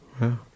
Wow